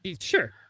Sure